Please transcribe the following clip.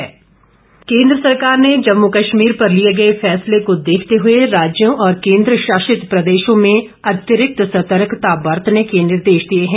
सतर्कता केन्द्र सरकार ने जम्मू कश्मीर पर लिये गये फैसले को देखते हुए राज्यों और केन्द्र शासित प्रदेशों में अतिरिक्त सतर्कता बरतने के निर्देश दिए हैं